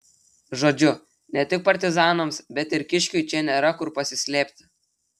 žodžiu ne tik partizanams bet ir kiškiui čia nėra kur pasislėpti